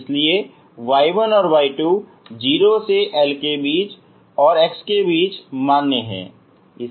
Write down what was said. इसलिए y1 और y2 0 से L के बीच x के बीच मान्य हैं